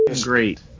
Great